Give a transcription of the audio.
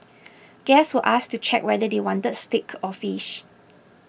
guests were asked to check whether they wanted steak or fish